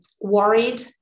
worried